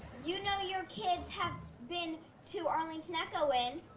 you know you kids have been to arlington echo when.